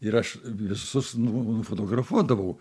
ir aš visus nu nufotografuodavau